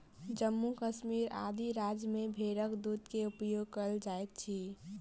जम्मू कश्मीर आदि राज्य में भेड़क दूध के उपयोग कयल जाइत अछि